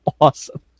awesome